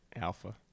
Alpha